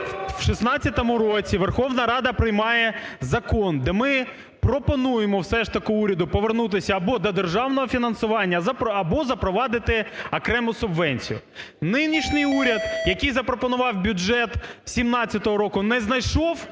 в 2016 році Верховна Рада приймає закон, де ми пропонуємо все ж таки уряду повернутися або до державного фінансування, або запровадити окрему субвенцію. Нинішній уряд, який запропонував бюджет 2017 року, не знайшов